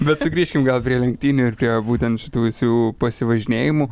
bet sugrįžkim gal prie lenktynių ir prie būtent šitų visų pasivažinėjimų